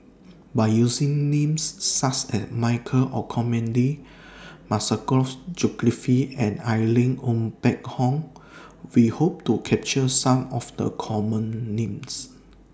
By using Names such as Michael Olcomendy Masagos Zulkifli and Irene Ng Phek Hoong We Hope to capture Some of The Common Names